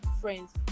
friends